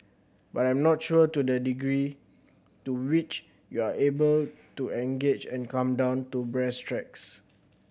but I am not sure to the degree to which you are able to engage and come down to brass tacks